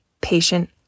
patient